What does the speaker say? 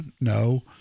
No